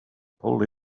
pulled